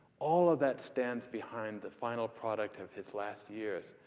all of that stands behind the final product of his last years.